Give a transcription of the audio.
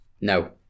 No